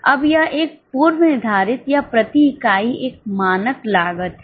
अब यह एक पूर्व निर्धारित या प्रति इकाई एक मानक लागत है